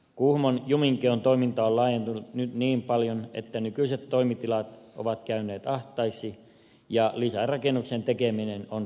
kuhmon juminkeon toiminta on laajentunut nyt niin paljon että nykyiset toimitilat ovat käyneet ahtaiksi ja lisärakennuksen tekeminen on perusteltua